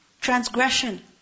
Transgression